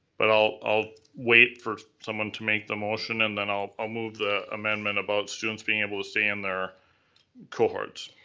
but i'll i'll wait for someone to make the motion and then i'll i'll move the amendment about students being able to stay in their cohorts.